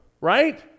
right